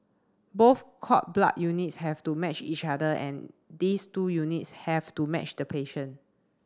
both cord blood units have to match each other and these two units have to match the patient